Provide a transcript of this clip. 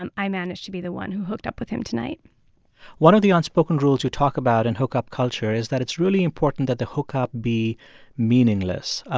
um i managed to be the one who hooked up with him tonight one of the unspoken rules you talk about in hookup culture is that it's really important that the hookup be meaningless.